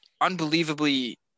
unbelievably